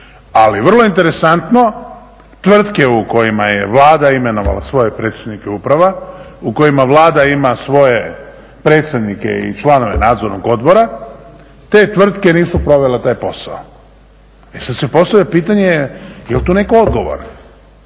Ali vrlo interesantno, tvrtke u kojima je Vlada imenovala svoje predsjednike uprava, u kojima Vlada ima svoje predsjednike i članove nadzornog odbora te tvrtke nisu provele taj posao. E sada se postavlja pitanje je li tu netko odgovoran?